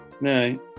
No